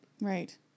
Right